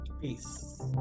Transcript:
peace